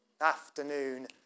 Afternoon